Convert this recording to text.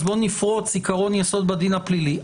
אז בואו נפרוץ עיקרון יסוד בדין הפלילי.